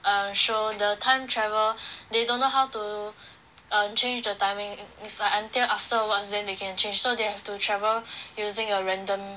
err show the time travel they don't know how to err change the timing is like until afterwards then can change so they have to travel using a random